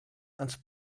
ens